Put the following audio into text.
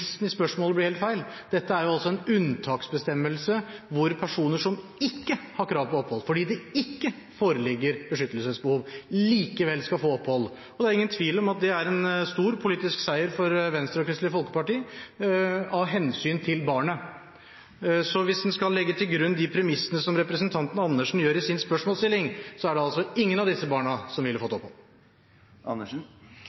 i spørsmålet blir helt feil. Dette er jo en unntaksbestemmelse hvor personer som ikke har krav på opphold, fordi det ikke foreligger beskyttelsesbehov, likevel skal få opphold – og det er ingen tvil om at det er en stor politisk seier for Venstre og Kristelig Folkeparti – av hensyn til barnet. Så hvis en skal legge til grunn de premissene som representanten Andersen gjør i sin spørsmålsstilling, er det altså ingen av disse barna som ville fått